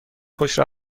خوش